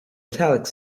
italic